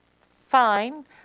fine